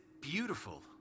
beautiful